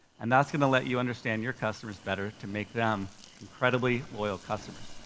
and that's gonna let you understand your customers better to make them incredibly loyal customers.